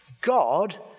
God